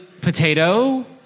potato